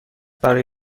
برای